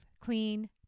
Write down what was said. clean